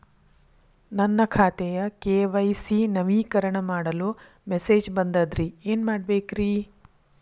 ನನ್ನ ಖಾತೆಯ ಕೆ.ವೈ.ಸಿ ನವೇಕರಣ ಮಾಡಲು ಮೆಸೇಜ್ ಬಂದದ್ರಿ ಏನ್ ಮಾಡ್ಬೇಕ್ರಿ?